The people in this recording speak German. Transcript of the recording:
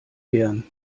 gern